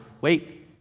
wait